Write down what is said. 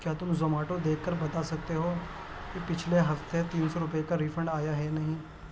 کیا تم زوماٹو دیکھ کر بتا سکتے ہو کہ پچھلے ہفتے تین سو روپئے کا ریفنڈ آیا ہے یا نہیں